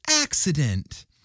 accident